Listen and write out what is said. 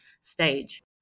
stage